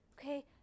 Okay